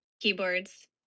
Keyboards